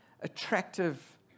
attractive